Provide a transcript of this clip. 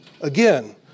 Again